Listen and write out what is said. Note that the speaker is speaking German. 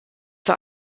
zur